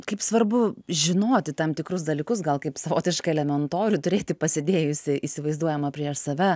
kaip svarbu žinoti tam tikrus dalykus gal kaip savotišką elementorių turėti pasidėjusi įsivaizduojamą prieš save